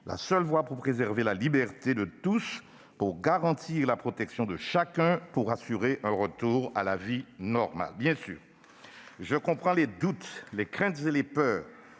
sauver des vies, préserver la liberté de tous, garantir la protection de chacun et assurer un retour à la vie normale. Bien sûr, je comprends les doutes, les craintes et les peurs.